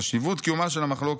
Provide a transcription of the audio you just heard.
חשיבות קיומה של המחלוקת,